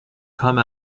come